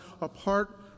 apart